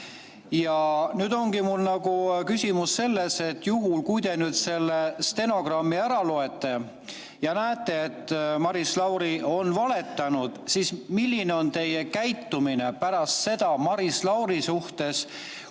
Nüüd ongi mul küsimus, et juhul kui te stenogrammi loete ja näete, et Maris Lauri on valetanud, siis milline on teie käitumine pärast seda Maris Lauri suhtes,